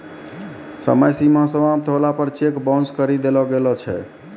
समय सीमा समाप्त होला पर चेक बाउंस करी देलो गेलो छै